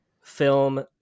Film